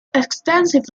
extensive